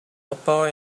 about